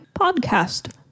Podcast